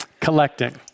collecting